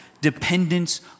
dependence